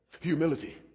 Humility